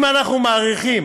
האם אנחנו מאריכים